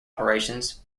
operations